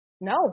No